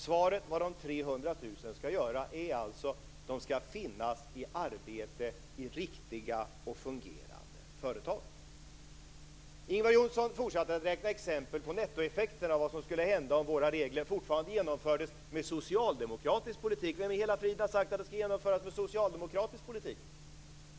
Svaret på frågan vad de 300 000 skall göra är alltså: De skall finnas i arbete i riktiga och fungerande företag. Ingvar Johnsson fortsatte med räkneexempel på nettoeffekterna av vad som skulle hända om våra regler fortfarande genomfördes med socialdemokratisk politik. Vem i hela friden har sagt att de skulle genomföras med socialdemokratisk politik?